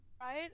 right